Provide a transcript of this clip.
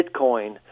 Bitcoin